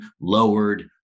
lowered